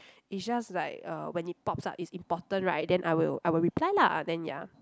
is just like uh when it pop ups is important right then I will I will reply lah then ya